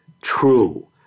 true